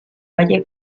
valle